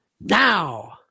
Now